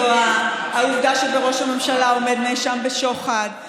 ושל מפלגת העבודה לא להיגרר אחרי אחרוני